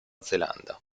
zelanda